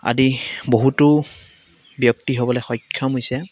আদি বহুতো ব্যক্তি হ'বলৈ সক্ষম হৈছে